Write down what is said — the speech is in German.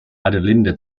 adelinde